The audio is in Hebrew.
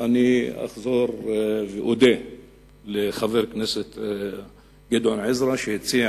אני אחזור ואודה לחבר הכנסת גדעון עזרא שהציע